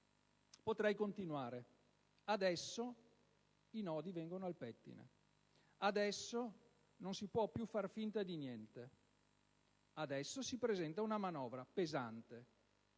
Potrei continuare. Adesso i nodi vengono al pettine; adesso non si può più far finta di niente; adesso si presenta una manovra pesante,